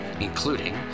including